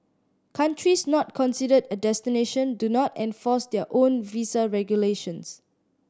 countries not considered a destination do not enforce their own visa regulations